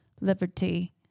liberty